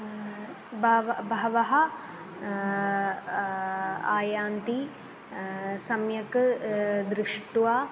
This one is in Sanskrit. बहवः बहवः आयान्ति सम्यक् दृष्ट्वा